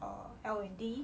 err L&D